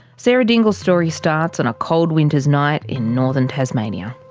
sarah dingle's story starts on a cold winter's night in northern tasmania.